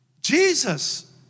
Jesus